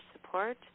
support